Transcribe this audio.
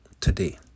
today